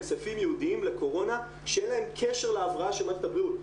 הם כספים ייעודיים לקורונה שאין להם קשר להבראה של מערכת הבריאות.